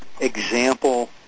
example